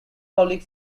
public